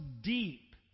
deep